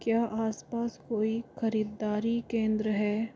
क्या आस पास कोई खरीदारी केन्द्र है